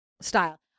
style